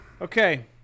Okay